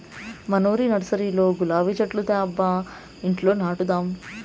మనూరి నర్సరీలో గులాబీ చెట్లు తేబ్బా ఇంట్ల నాటదాము